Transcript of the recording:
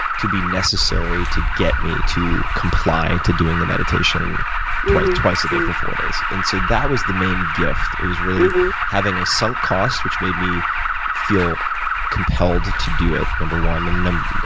to be necessary to get me to comply to doing the meditation twice twice a day for four days and so that was the main gift. it was really having a sunk cost which made me feel compelled to do it, no. one. and no. and